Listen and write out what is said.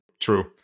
True